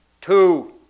Two